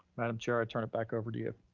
madam chair, i turn it back over to you.